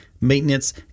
maintenance